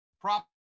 prop